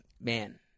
man